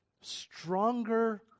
stronger